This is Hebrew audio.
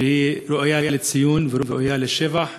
שהיא ראויה לציון וראויה לשבח.